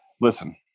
Listen